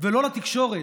ולא לתקשורת,